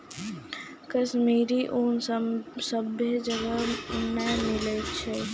कश्मीरी ऊन सभ्भे जगह नै मिलै छै